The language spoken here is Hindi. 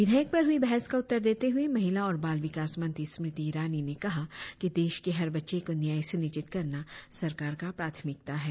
विधेयक पर हुई बहस का उत्तर देते हुए महिला और बाल विकास मंत्री स्मृति ईरानी ने कहा कि देश के हर बच्चे को न्याय सुनिश्चित करना सरकार का प्राथमिकता है